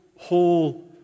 whole